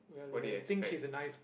what did you expect